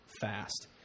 fast